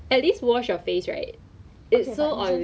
okay is something like the community club thing